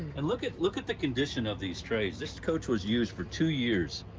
and look at look at the condition of these trays. this coach was used for two years,